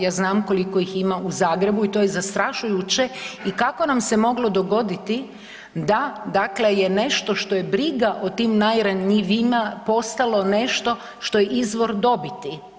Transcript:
Ja znam koliko ih ima u Zagrebu i to je zastrašujuće i kako nam se moglo dogoditi da dakle je nešto što je briga o tim najranjivijima postalo nešto što je izvor dobiti.